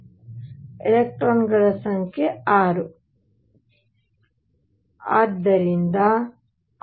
ಆದ್ದರಿಂದ ಎಲೆಕ್ಟ್ರಾನ್ಗಳ ಸಂಖ್ಯೆ 6